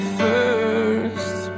first